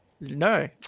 No